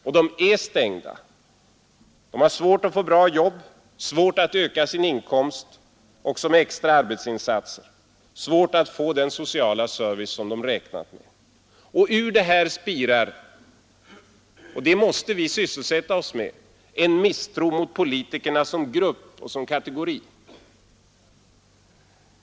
Och de är stängda. De har svårt att få bra jobb, svårt att öka sin inkomst också med extra arbetsinsatser, svårt att få den sociala service de räknat med. Ur detta spirar — och det måste vi sysselsätta oss med — en misstro mot politikerna som grupp, som kategori.